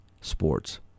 sports